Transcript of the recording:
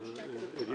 אלישע.